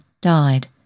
died